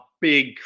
big